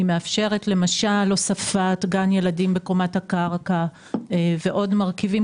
היא מאפשרת הוספת גן ילדים בקומת הקרקע ועוד מרכיבים